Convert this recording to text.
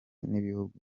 n’ibihugu